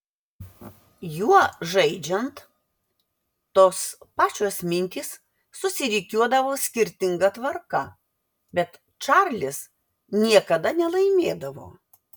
juo žaidžiant tos pačios mintys susirikiuodavo skirtinga tvarka bet čarlis niekada nelaimėdavo